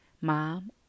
mom